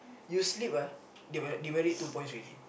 you sleep ah demerit demerit two points already